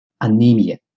Anemia